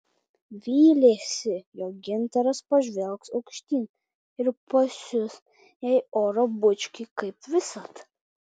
vylėsi jog gintaras pažvelgs aukštyn ir pasiųs jai oro bučkį kaip visad